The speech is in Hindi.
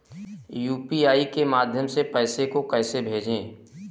यू.पी.आई के माध्यम से पैसे को कैसे भेजें?